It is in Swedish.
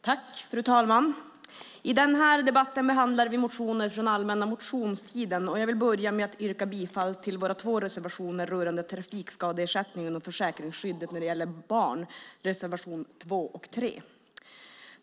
Fru talman! I denna debatt behandlar vi motioner från allmänna motionstiden. Jag vill börja med att yrka bifall till våra två reservationer rörande trafikskadeersättningen och försäkringsskyddet när det gäller barn, reservationerna 2 och 3.